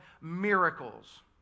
Miracles